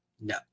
No